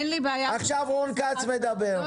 עכשיו רון כץ מדבר.